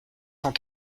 cent